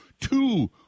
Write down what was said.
two